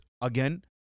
again